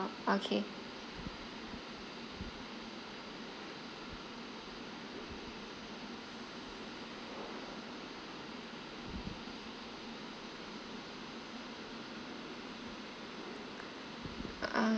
okay err